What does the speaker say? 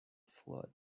flood